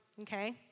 Okay